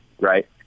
right